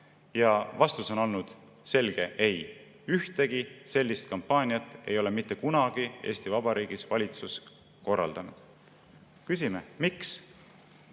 Ja vastus on olnud selge: ei, ühtegi sellist kampaaniat ei ole mitte kunagi Eesti Vabariigis valitsus korraldanud. Küsime, miks.